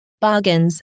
bargains